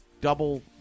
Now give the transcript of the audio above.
double